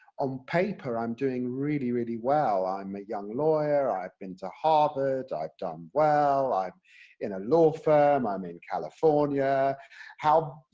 on paper i'm doing really, really well. i'm a young lawyer, i've been to harvard, i've done well, i'm in a law firm, i'm in california how,